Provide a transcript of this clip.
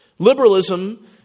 Liberalism